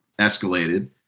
escalated